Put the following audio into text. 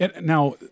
Now